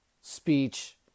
speech